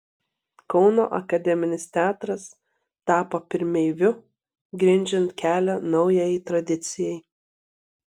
kauno akademinis teatras tapo pirmeiviu grindžiant kelią naujajai tradicijai